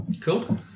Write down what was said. Cool